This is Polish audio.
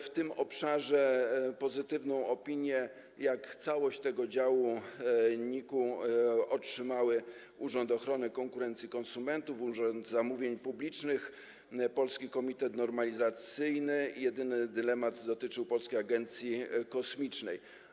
W tym obszarze pozytywną opinię NIK-u, jak całość tego działu, otrzymały Urząd Ochrony Konkurencji i Konsumentów, Urząd Zamówień Publicznych, Polski Komitet Normalizacyjny, jedyny dylemat dotyczył Polskiej Agencji Kosmicznej.